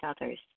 others